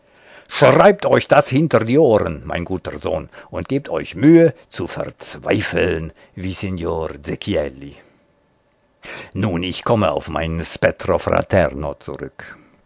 schreibt euch das hinter die ohren mein guter sohn und gebt euch mühe zu verzweifeln wie signor zechielli nun ich komme auf mein spettro fraterno zurück